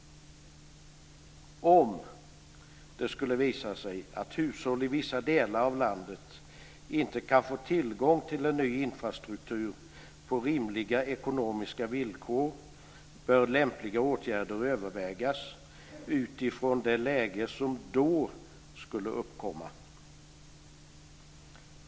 Om det skulle visa sig att hushåll i vissa delar av landet inte kan få tillgång till en ny IT-infrastruktur på rimliga ekonomiska villkor bör lämpliga åtgärder övervägas utifrån det läge som då skulle uppkomma.